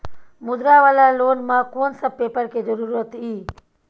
मुद्रा वाला लोन म कोन सब पेपर के जरूरत इ?